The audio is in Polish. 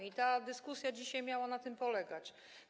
I ta dyskusja dzisiaj miała na tym polegać.